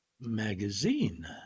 Magazine